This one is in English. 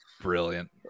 brilliant